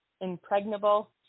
impregnable